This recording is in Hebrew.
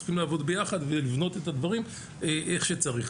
צריכים לעבוד יחד כדי לבנות את הדברים כמו שצריך.